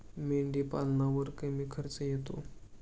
मेंढीपालनावर कमी खर्च येतो